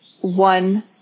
one